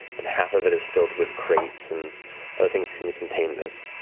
and half of it is filled with crates and other things seem to contain this.